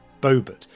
Bobert